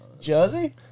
Jersey